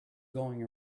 going